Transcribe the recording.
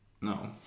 No